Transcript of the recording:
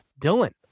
Dylan